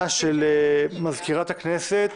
ממזכירת הכנסת